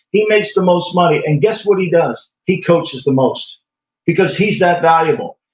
he makes the most money. and guess what he does? he coaches the most because he's that valuable,